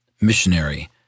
missionary